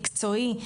מקצועי,